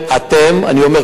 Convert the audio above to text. שיודע שקודם כול הוא יהודי,